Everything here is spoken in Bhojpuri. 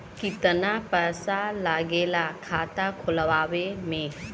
कितना पैसा लागेला खाता खोलवावे में?